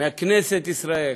מכנסת ישראל,